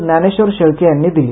ज्ञानेश्वर शेळके यांनी दिली